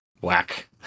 Whack